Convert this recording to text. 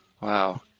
Wow